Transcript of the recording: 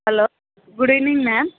hello good evening ma'am